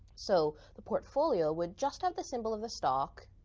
so the portfolio would just have the symbol of the stock,